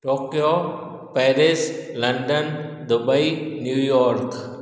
Tokyo Paris London Dubai New York